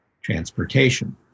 transportation